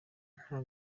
nta